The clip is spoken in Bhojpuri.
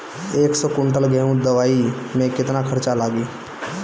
एक सौ कुंटल गेहूं लदवाई में केतना खर्चा लागी?